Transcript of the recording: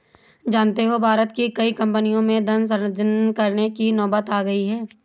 जानते हो भारत की कई कम्पनियों में धन सृजन करने की नौबत आ गई है